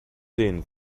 sehen